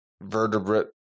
vertebrate